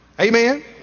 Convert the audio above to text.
Amen